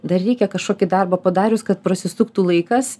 dar reikia kažkokį darbą padarius kad prasisuktų laikas